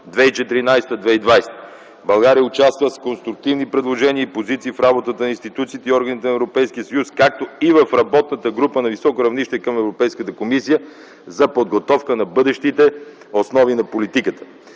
2014-2020 г. България участва с конструктивни предложения и позиции в работата на институциите и органите на Европейския съюз, както и в работната група на високо равнище към Европейската комисия за подготовка на бъдещите основи на политиката.